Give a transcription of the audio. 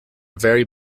very